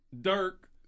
Dirk